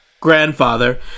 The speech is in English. grandfather